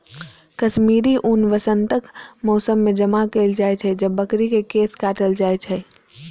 कश्मीरी ऊन वसंतक मौसम मे जमा कैल जाइ छै, जब बकरी के केश काटल जाइ छै